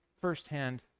firsthand